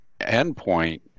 endpoint